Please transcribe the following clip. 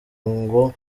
ngo